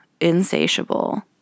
Insatiable